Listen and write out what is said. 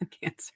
cancer